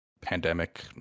pandemic